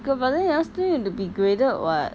K but then you all still need to be graded [what]